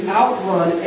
outrun